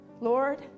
Lord